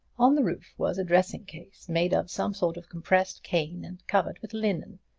on the roof was a dressing case made of some sort of compressed cane and covered with linen.